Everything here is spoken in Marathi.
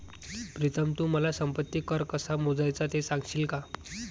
प्रीतम तू मला संपत्ती कर कसा मोजायचा ते सांगशील का?